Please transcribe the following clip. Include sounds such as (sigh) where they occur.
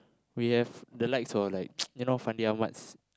we have the lights or like (noise) you know Fandi Ahmad's